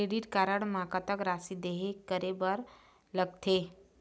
Credit card म कतक राशि देहे करे बर लगथे?